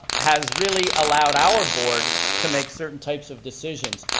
has really allowed our board to make certain types of decisions.